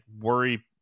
worry